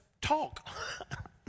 talk